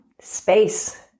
space